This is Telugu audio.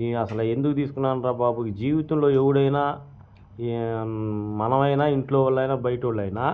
నేను అసలు ఎందుకు తీసుకున్నాను రా బాబు జీవితంలో ఎవడైనా మనమైనా ఇంట్లో వాళ్ళైనా బయటవాళ్ళైనా